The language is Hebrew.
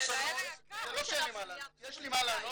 זה לא שאין לי מה לענות, יש לי מה לענות